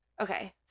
Okay